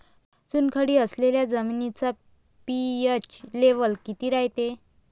चुनखडी असलेल्या जमिनीचा पी.एच लेव्हल किती रायते?